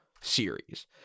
series